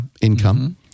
income